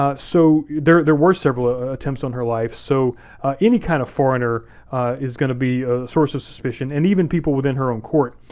ah so there there were several ah attempts on her life, so any kind of foreigner is gonna be a source of suspicion and even people within her own court.